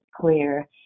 clear